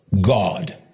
God